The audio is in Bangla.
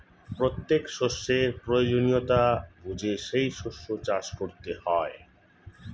প্রত্যেক শস্যের প্রয়োজনীয়তা বুঝে সেই শস্য চাষ করতে হয়